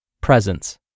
presence